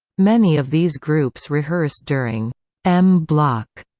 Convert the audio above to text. many of these groups rehearse during m-block,